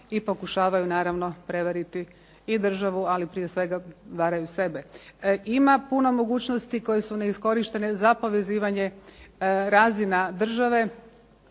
i pokušavaju naravno prevariti i državu ali prije svega varaju sebe. Ima puno mogućnosti koje su neiskorištene za povezivanje razina države,